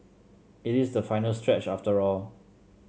it is the final stretch after all